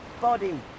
body